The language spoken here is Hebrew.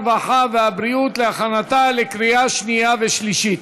הרווחה והבריאות להכנתה לקריאה שנייה ושלישית.